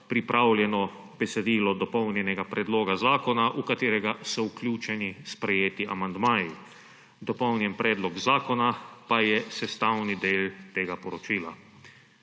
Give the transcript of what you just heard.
pripravljeno besedilo dopolnjenega predloga zakona, v katerega so vključeni sprejeti amandmaji. Dopolnjen predlog zakona pa je sestavni del tega poročila.